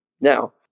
Now